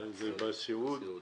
זה בסיעוד,